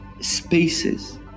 spaces